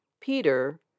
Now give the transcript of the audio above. Peter